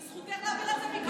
זכותך להעביר על זה ביקורת.